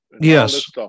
yes